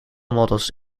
models